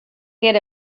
get